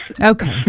Okay